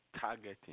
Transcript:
Targeting